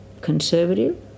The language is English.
conservative